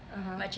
(uh huh)